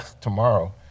tomorrow